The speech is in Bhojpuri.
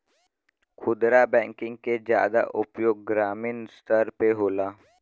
खुदरा बैंकिंग के जादा उपयोग ग्रामीन स्तर पे होला